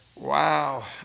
Wow